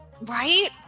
Right